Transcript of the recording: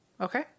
Okay